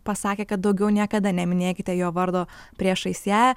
pasakė kad daugiau niekada neminėkite jo vardo priešais ją